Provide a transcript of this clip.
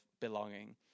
belonging